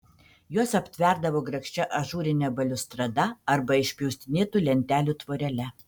juos aptverdavo grakščia ažūrine baliustrada arba išpjaustinėtų lentelių tvorele